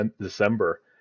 December